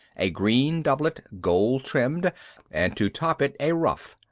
a green doublet gold-trimmed and to top it a ruff,